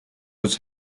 was